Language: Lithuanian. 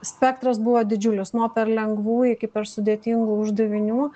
spektras buvo didžiulis nuo per lengvų iki per sudėtingų uždavinių